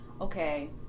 okay